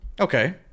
Okay